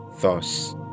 Thus